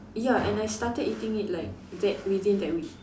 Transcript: ya and I started eating it like that within that week